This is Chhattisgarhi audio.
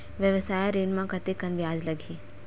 व्यवसाय ऋण म कतेकन ब्याज लगही?